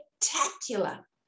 spectacular